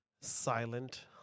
Silent